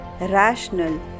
rational